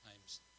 times